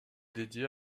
dédiée